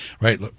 right